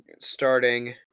starting